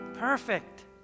Perfect